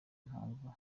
mpamvu